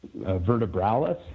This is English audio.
vertebralis